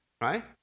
right